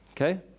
Okay